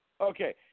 Okay